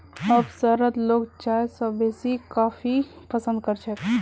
अब शहरत लोग चाय स बेसी कॉफी पसंद कर छेक